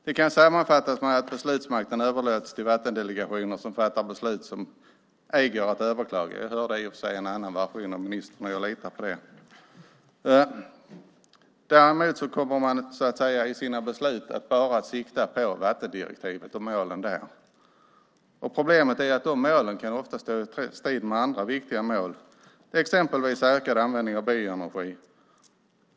Det kan sammanfattas med att beslutsmakten överlåts till vattendelegationer som fattar beslut som ej går att överklaga. Jag hörde i och för sig en annan version av ministern, men jag litar på det. Man kommer i sina beslut att bara sikta på vattendirektivet och målen där. Problemet är att de målen ofta kan stå i strid med andra viktiga mål, exempelvis ökad användning av bioenergi.